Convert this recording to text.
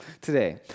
today